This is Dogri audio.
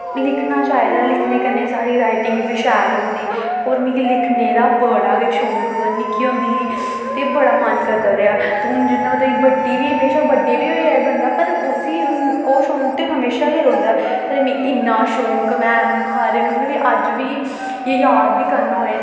लिखना चाहिदा ऐ लिखने कन्नै साढ़ी राइटिंग बी शैल होंदी होर मिगी लिखने दा बड़ा गै शौक गी निक्की होंदी ही ते बड़ा मन करदा रेहा ते हून जि'यां मतलब कि बड्डी बी बेशक्क बड्डे बी होई जाए बंदा पर उस्सी ओह् शौक ते हमेशा गै रौंह्दा ऐ पर मी इन्ना शौक में हारे मतलब कि अज्ज बी जे याद बी करना होऐ